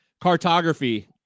Cartography